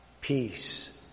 Peace